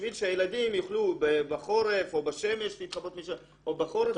בשביל שהילדים יוכלו בחורף או בשמש לשחק שם.